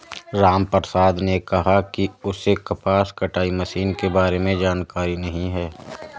रामप्रसाद ने कहा कि उसे कपास कटाई मशीन के बारे में जानकारी नहीं है